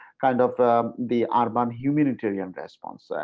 kind of the arbon humanitarian response. so